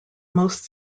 most